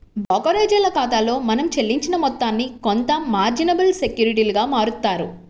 బోకరేజోల్ల ఖాతాలో మనం చెల్లించిన మొత్తాన్ని కొంత మార్జినబుల్ సెక్యూరిటీలుగా మారుత్తారు